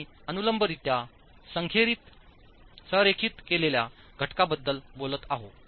आम्ही अनुलंबरित्या संरेखित केलेल्या घटकांबद्दल बोलत आहोत